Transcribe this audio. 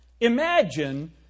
Imagine